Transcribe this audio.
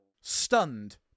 Stunned